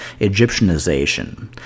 Egyptianization